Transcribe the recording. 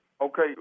Okay